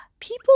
people